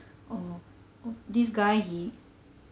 oh oh this guy he